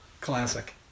Classic